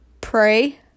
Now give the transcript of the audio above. Pray